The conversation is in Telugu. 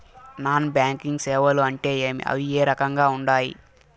నాన్ బ్యాంకింగ్ సేవలు అంటే ఏమి అవి ఏ రకంగా ఉండాయి